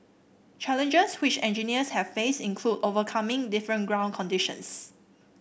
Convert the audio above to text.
challenges which engineers have faced include overcoming different ground conditions